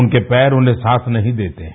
उनके पैर उन्हें साथ नहीं देते हैं